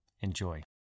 enjoy